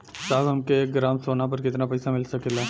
साहब हमके एक ग्रामसोना पर कितना पइसा मिल सकेला?